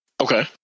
Okay